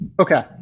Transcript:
Okay